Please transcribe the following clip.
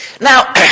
Now